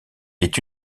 est